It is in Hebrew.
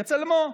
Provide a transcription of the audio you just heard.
"בצלמו",